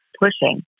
pushing